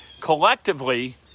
Collectively